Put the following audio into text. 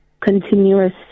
continuous